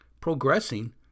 Progressing